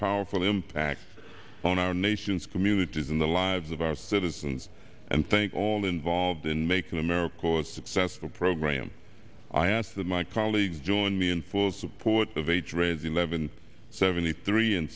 powerful impact on our nation's communities and the lives of our citizens and think all involved in making america was successful program i asked my colleagues join me in full support of age race eleven seventy three